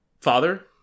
father